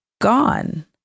gone